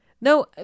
No